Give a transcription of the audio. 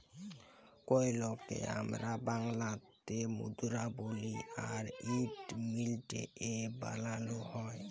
কইলকে আমরা বাংলাতে মুদরা বলি আর ইট মিলটে এ বালালো হয়